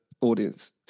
audience